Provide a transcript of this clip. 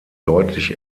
deutlich